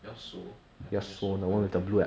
yasuo I think yasuo quite okay